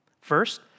First